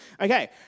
okay